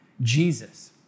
Jesus